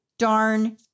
darn